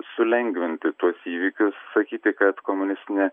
sulengvinti tuos įvykius sakyti kad komunistinė